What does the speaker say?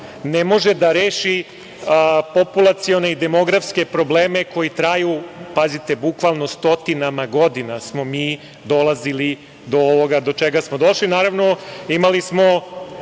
ne može da reši populacione i demografske probleme koji traju, pazite, bukvalno stotinama godina, gde smo mi dolazili do ovoga do čega smo došli. Naravno, imali smo